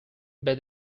but